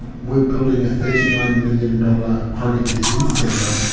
we're building a thirty nine million dollars chronic disease centre,